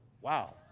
Wow